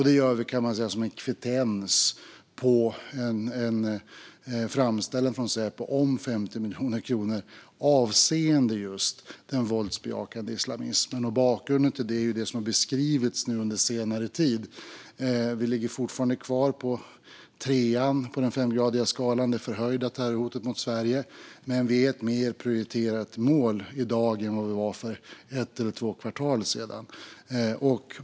Det gör vi som en kvittens på en framställan från Säpo om 50 miljoner kronor avseende just den våldsbejakande islamismen. Bakgrunden till det är det som har beskrivits nu under senare tid. Vi ligger fortfarande kvar på tre på den femgradiga skalan med det förhöjda terrorhotet mot Sverige. Men vi är ett mer prioriterat mål i dag än vad vi var för ett eller två kvartal sedan.